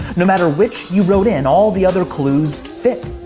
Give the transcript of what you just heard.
no matter which you wrote in, all the other clues fit.